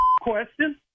question